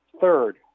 Third